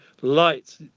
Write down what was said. light